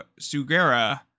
Sugera